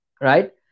right